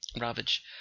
ravage